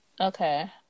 Okay